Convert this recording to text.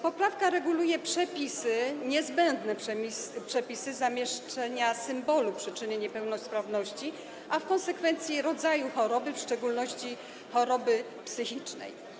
Poprawka reguluje przepisy, niezbędne przepisy dotyczące zamieszczenia symbolu przyczyny niepełnosprawności, a w konsekwencji rodzaju choroby, w szczególności choroby psychicznej.